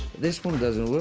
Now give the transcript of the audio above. this one doesn't